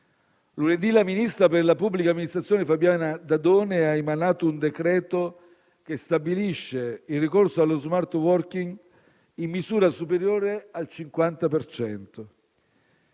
Lunedì il ministro per la pubblica amministrazione Fabiana Dadone ha emanato un decreto che stabilisce il ricorso allo *smart working* in misura superiore al 50